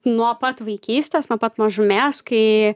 nuo pat vaikystės nuo pat mažumės kai